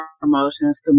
promotions